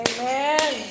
Amen